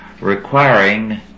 requiring